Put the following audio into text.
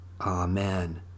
Amen